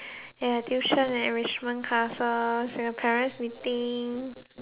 ya tuition and enrichment classes then the parents meeting